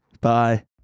bye